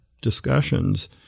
discussions